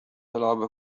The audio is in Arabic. تلعب